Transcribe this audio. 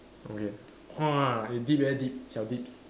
okay !wah! eh deep eh deep 小 deep